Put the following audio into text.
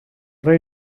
rei